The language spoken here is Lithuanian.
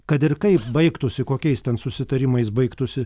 kad ir kaip baigtųsi kokiais ten susitarimais baigtųsi